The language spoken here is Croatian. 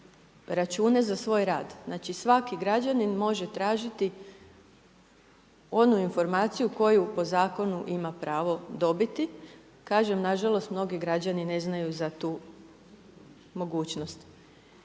račune za svoj rad. Znači, svaki građanin može tražiti onu informaciju koju po zakonu ima pravo dobiti. Kažem, nažalost, mnogi građani ne znaju za tu mogućnost.